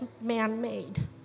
man-made